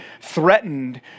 threatened